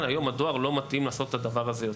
היום הדואר לא מתאים לעשות את הדבר הזה יותר.